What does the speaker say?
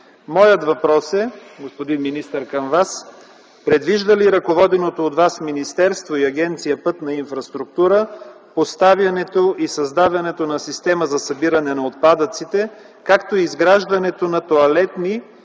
моят въпрос към Вас е: предвиждат ли ръководеното от Вас министерство и Агенция „Пътна инфраструктура” поставянето и създаването на система за събиране на отпадъците, както и изграждането на тоалетни